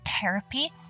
therapy